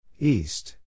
East